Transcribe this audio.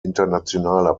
internationaler